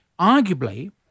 arguably